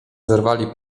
zerwali